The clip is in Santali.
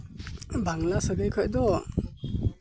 ᱵᱟᱝᱞᱟ ᱥᱟᱹᱜᱟᱹᱭ ᱠᱷᱚᱡ ᱫᱚ